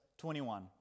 21